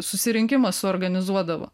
susirinkimą suorganizuodavo